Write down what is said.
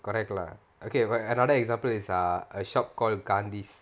correct lah okay but another example is err a shop called gandhis